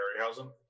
Harryhausen